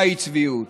מהי צביעות?